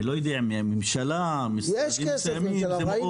אני לא יודע מי, הממשלה, משרדים מסוימים, זה מאוד